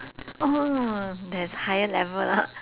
oh there's higher level lah